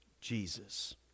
Jesus